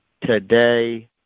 today